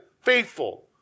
faithful